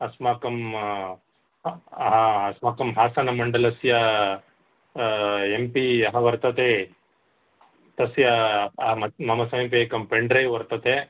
अस्माकम् अस्माकं हासनमण्डलस्य एम् पी यः वर्तते तस्य मम समीपे एकं पेण्ड्रैव् वर्तते